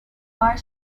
far